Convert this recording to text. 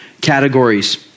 categories